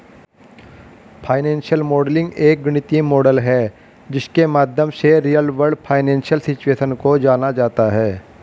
financial modelling एक गणितीय model है जिसके माध्यम से रियल वर्ल्ड फाइनेंशियल सिचुएशन को जाना जाता है